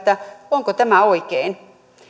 onko tämä oikein